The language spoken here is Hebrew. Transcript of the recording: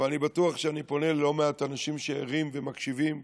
ואני בטוח שאני פונה ללא מעט אנשים שערים ומקשיבים ומודאגים.